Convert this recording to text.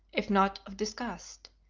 if not of disgust,